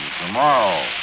tomorrow